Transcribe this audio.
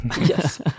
yes